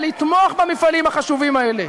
לתמוך במפעלים החשובים האלה.